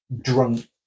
drunk